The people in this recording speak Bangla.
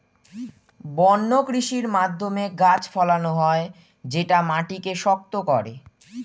বন্য কৃষির মাধ্যমে গাছ ফলানো হয় যেটা মাটিকে শক্ত করে